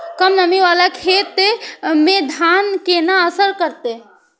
कम नमी वाला खेत में धान केना असर करते?